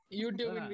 YouTube